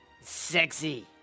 Sexy